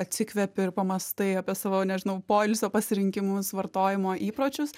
atsikvėpi ir pamąstai apie savo nežinau poilsio pasirinkimus vartojimo įpročius